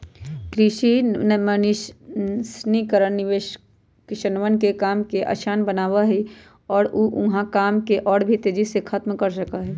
कृषि मशीनरी किसनवन के काम के आसान बनावा हई और ऊ वहां काम के और भी तेजी से खत्म कर सका हई